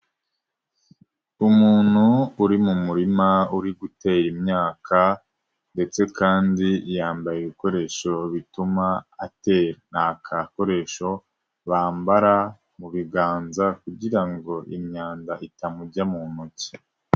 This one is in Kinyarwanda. Umuntu uri mu murima uri gutera imyaka ndetse kandi yambaye ibikoresho bituma atera, ni kakoresho bambara mu biganza kugira ngo imyanda itamujya mu ntoki.